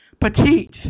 Petite